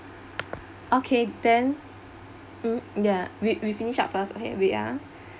okay then mm ya we we finish up first okay wait ya